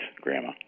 Grandma